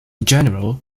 general